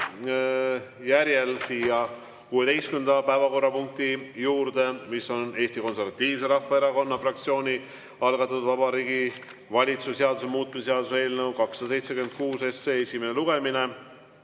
järel 16. päevakorrapunkti juurde, Eesti Konservatiivse Rahvaerakonna fraktsiooni algatatud Vabariigi Valitsuse seaduse muutmise seaduse eelnõu 276 esimene lugemine.